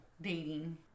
dating